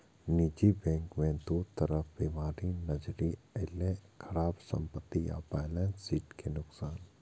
निजी बैंक मे दू तरह बीमारी नजरि अयलै, खराब संपत्ति आ बैलेंस शीट के नुकसान